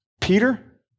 Peter